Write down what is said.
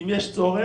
אם יש צורך